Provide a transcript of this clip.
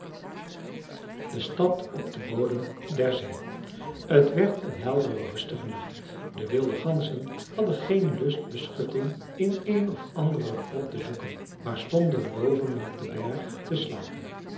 de stad op den bodem der zee het werd een heldere rustige nacht de wilde ganzen hadden geen lust beschutting in een of andere grot te zoeken maar stonden boven op den berg te slapen